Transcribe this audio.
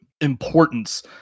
importance